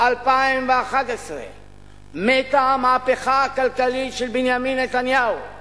2011 מתה המהפכה הכלכלית של בנימין נתניהו,